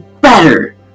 better